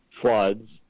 floods